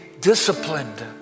disciplined